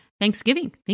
Thanksgiving